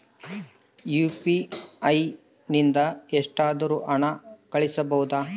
UPI ನಿಂದ ಎಷ್ಟಾದರೂ ಹಣ ಕಳಿಸಬಹುದಾ?